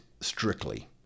strictly